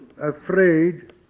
afraid